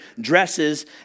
dresses